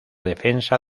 defensa